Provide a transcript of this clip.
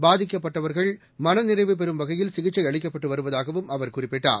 பாதிக்கப்பட்டவர்கள் மனநிறைவு பெறும் வகையில் சிசிக்சை அளிக்கப்பட்டு வருவதாகவும் அவர் குறிப்பிட்டார்